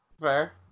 Fair